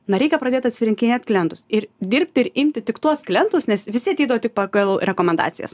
na reikia pradėt atsirinkinėt klientus ir dirbt ir imti tik tuos klientus nes visi ateidavo tik pagal rekomendacijas